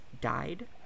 died